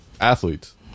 Athletes